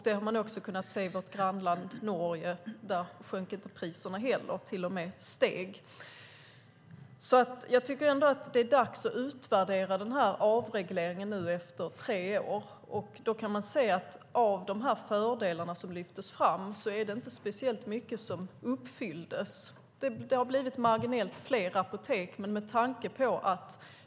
Det har man också kunnat se i vårt grannland Norge. Där sjönk inte heller priserna utan till och med steg. Det är dags att utvärdera avregleringen nu efter tre år. Vi kan se att av de fördelar som lyftes fram är det inte speciellt mycket som uppfylldes. Det har blivit marginellt fler apotek.